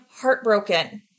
heartbroken